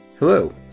Hello